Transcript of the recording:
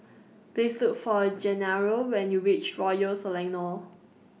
Please Look For Gennaro when YOU REACH Royal Selangor